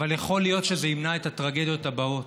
אבל יכול להיות שזה ימנע את הטרגדיות הבאות.